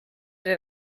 den